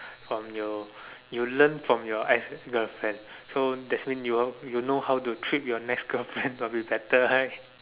from your you learn from your ex girlfriend so that's mean your you know how to treat your next girlfriend to be better right